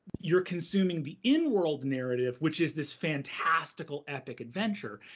you're consuming the in-world narrative, which is this fantastical epic adventure,